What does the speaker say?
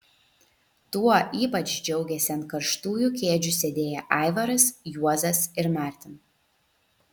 tuo ypač džiaugėsi ant karštųjų kėdžių sėdėję aivaras juozas ir martin